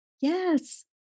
Yes